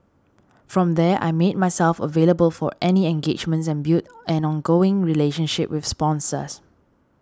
from there I made myself available for any engagements and built an ongoing relationship with sponsors